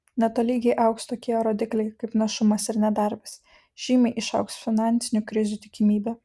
netolygiai augs tokie rodikliai kaip našumas ir nedarbas žymiai išaugs finansinių krizių tikimybė